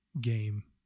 game